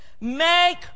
Make